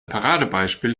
paradebeispiel